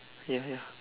ya ya